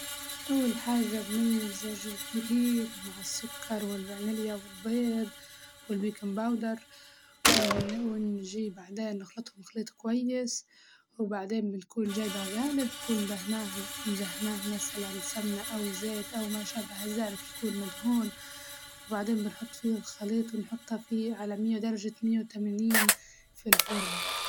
أول حاجة بنمزج الدقيق مع السكر والفانيليا والبيض والبيكنج باودر، ون- ونجيب بعدين نخلطهم خليط كويس وبعدين بنكون جايبة قالب دهناه مدهناه مسلاً سمنة أو زيت أو ما شابه زلك يكون مدهون، وبعدين نحط فيه الخليط ونحطه في على مئة درجة مئة وثمانين في الفرن.